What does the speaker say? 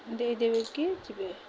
ଦେଇ ଦେଇକି ଯିବେ